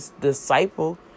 disciple